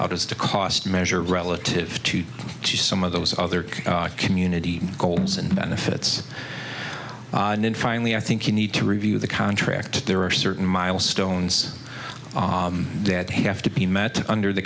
does to cost measure relative to some of those other community goals and benefits and then finally i think you need to review the contract there are certain milestones that have to be met under the